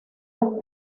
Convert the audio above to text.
las